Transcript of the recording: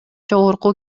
жогорку